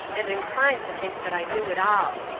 and inclined to think that i knew it all.